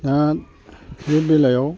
दा बे बेलायाव